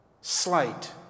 slight